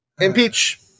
Impeach